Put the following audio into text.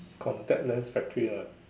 contact lens factory lah